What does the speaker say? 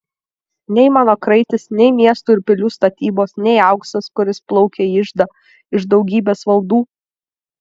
nei mano kraitis nei miestų ir pilių statybos nei auksas kuris plaukia į iždą iš daugybės valdų